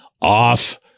off